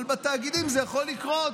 אבל בתאגידים זה יכול לקרות,